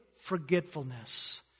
forgetfulness